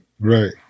Right